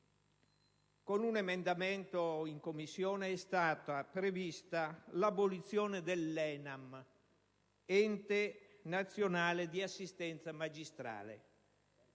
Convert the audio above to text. Con un emendamento in Commissione è stata prevista l'abolizione dell'Ente nazionale di assistenza magistrale